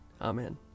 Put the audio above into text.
Amen